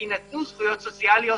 יינתנו זכויות סוציאליות